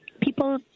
people